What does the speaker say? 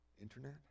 Internet